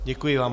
Děkuji vám.